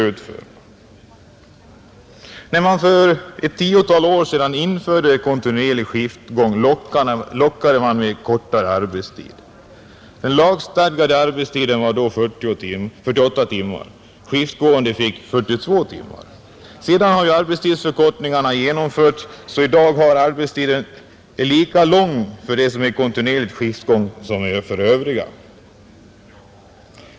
När man för ett tiotal år sedan införde kontinuerlig skiftgång lockade man med kortare arbetstid. Den lagstadgade arbetstiden var då 48 timmar, skiftgående fick 42 timmar. Sedan har arbetstidsförkortningar genomförts så att arbetstiden i dag är lika lång för kontinuerligt skiftgående som för övriga.